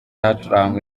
hacurangwa